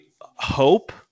hope